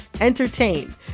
entertain